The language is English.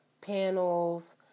panels